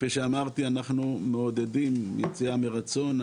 כפי שאמרתי, אנחנו מעודדים יציאה מרצון.